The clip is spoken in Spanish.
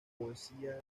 poesía